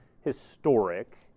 historic